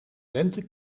lente